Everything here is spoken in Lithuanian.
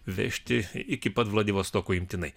vežti iki pat vladivostoko imtinai